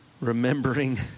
Remembering